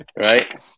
right